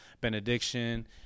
Benediction